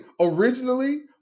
originally